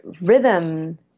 rhythm